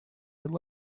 would